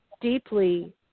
deeply